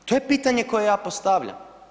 To je pitanje koje ja postavljam.